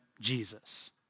Jesus